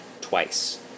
twice